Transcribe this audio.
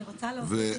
אני רוצה להוסיף,